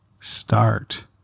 start